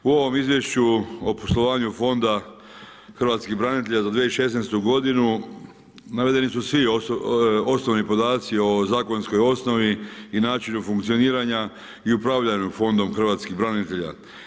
U ovom Izvješću o poslovanju Fonda hrvatskih branitelja za 2016. godinu navedeni su svi osnovni podaci o zakonskoj osnovi i načinu funkcioniranja i upravljanju Fondom hrvatskih branitelja.